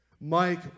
Mike